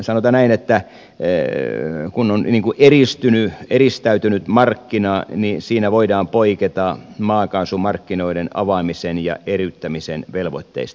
sanotaan näin että kun on eristäytynyt markkina niin siinä voidaan poiketa maakaasumarkkinoiden avaamisen ja eriyttämisen velvoitteista